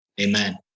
Amen